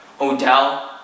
Odell